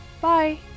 bye